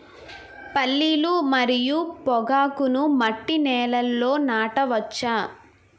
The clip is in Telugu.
పల్లీలు మరియు పొగాకును మట్టి నేలల్లో నాట వచ్చా?